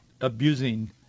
abusing